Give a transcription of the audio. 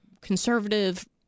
conservative